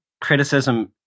criticism